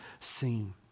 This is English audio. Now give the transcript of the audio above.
seen